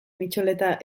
mitxoleta